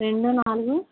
రెండు నాలుగు